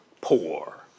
poor